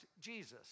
Jesus